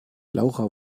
laura